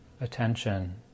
attention